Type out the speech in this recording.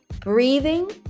breathing